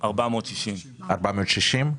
460. 460?